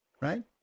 Right